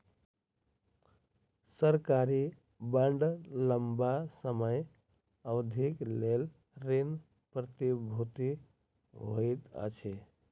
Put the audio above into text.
सरकारी बांड लम्बा समय अवधिक लेल ऋण प्रतिभूति होइत अछि